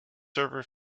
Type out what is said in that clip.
server